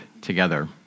together